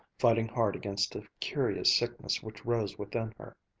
fighting hard against a curious sickness which rose within her.